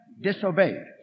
disobeyed